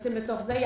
שנכנסים לתוך זה.